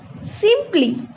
simply